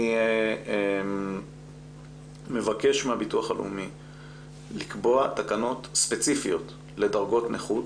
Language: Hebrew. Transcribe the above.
אני מבקש מהביטוח הלאומי לקבוע תקנות ספציפיות לדרגות נכות